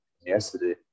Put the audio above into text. yesterday